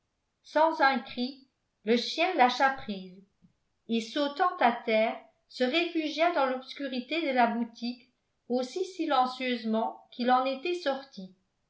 sans un cri le chien lâcha prise et sautant à terre se réfugia dans l'obscurité de la boutique aussi silencieusement qu'il en était sorti